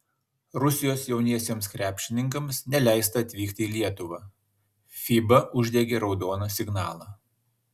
rusijos jauniesiems krepšininkams neleista atvykti į lietuvą fiba uždegė raudoną signalą